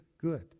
good